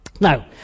Now